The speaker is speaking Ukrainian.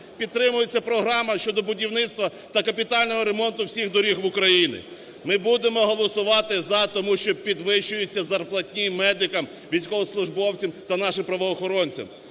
підтримується Програма щодо будівництва та капітального ремонту всіх доріг в Україні. Ми будемо голосувати "за", тому що підвищуються зарплатні медикам, військовослужбовцям та нашим правоохоронцям.